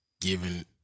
Given